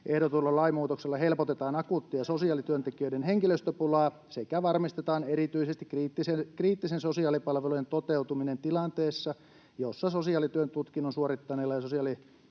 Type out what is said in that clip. ”Ehdotetulla lainmuutoksella helpotetaan akuuttia sosiaalityöntekijöiden henkilöstöpulaa sekä varmistetaan erityisesti kriittisten sosiaalipalvelujen toteutuminen tilanteessa, jossa sosiaalityön tutkinnon suorittaneita ja sosiaalihuollon